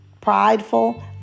prideful